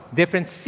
different